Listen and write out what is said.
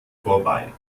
vorbei